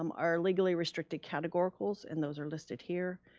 um our legally restricted categoricals and those are listed here.